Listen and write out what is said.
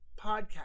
podcast